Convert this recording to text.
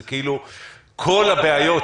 זה כאילו כל הבעיות,